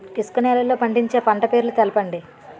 ఇసుక నేలల్లో పండించే పంట పేర్లు తెలపండి?